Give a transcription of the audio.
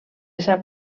sap